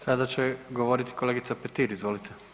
Sada će govoriti kolegica Petir, izvolite.